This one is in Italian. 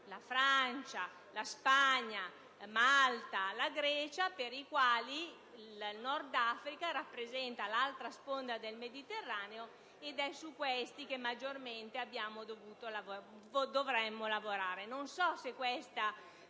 la Francia, la Spagna, Malta e la Grecia per i quali il Nord Africa rappresenta l'altra sponda del Mediterraneo: è su questi Paesi che maggiormente dovremmo lavorare.